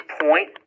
point